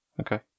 Okay